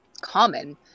common